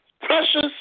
precious